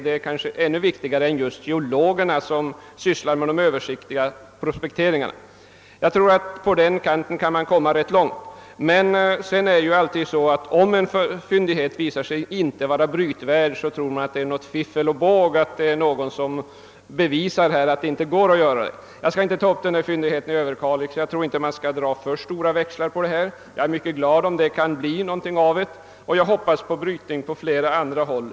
Det är viktigare än geologernas arbete med de översiktliga prospekteringarna. Sedan är det ju alltid så att om en fyndighet inte visar sig vara brytvärd, så tror man att det är »fiffel och båg» och att det är någon som vill bevisa att en brytning inte är möjlig. Jag skall här inte uttala mig om fyndigheten i Överkalix, ty jag tror inte man skall dra för stora växlar på detta fall. Men jag är glad om det kan bli något av detta, och jag hoppas att brytning skall vara möjlig på flera andra håll.